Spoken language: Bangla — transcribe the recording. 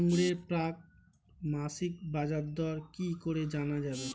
আঙ্গুরের প্রাক মাসিক বাজারদর কি করে জানা যাবে?